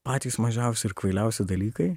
patys mažiausi ir kvailiausi dalykai